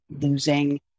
losing